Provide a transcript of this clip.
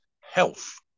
health